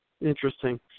Interesting